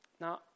Now